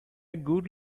good